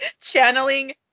channeling